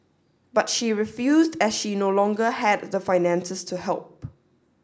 but she refused as she no longer had the finances to help